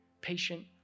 patient